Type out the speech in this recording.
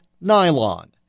nylon